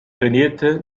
trainierte